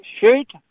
shoot